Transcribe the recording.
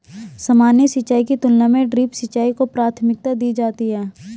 सामान्य सिंचाई की तुलना में ड्रिप सिंचाई को प्राथमिकता दी जाती है